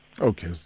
Okay